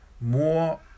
more